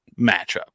matchup